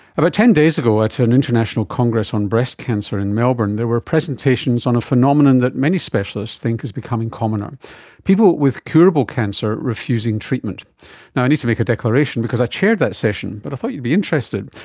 but ten days ago at an international congress on breast cancer in melbourne there were presentations on a phenomenon that many specialists think is becoming commoner people with curable cancer refusing treatment. and i need to make a declaration because i chaired that session but i thought you'd be interested.